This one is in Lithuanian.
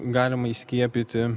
galima įskiepyti